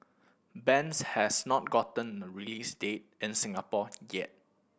bends has not gotten a release date in Singapore yet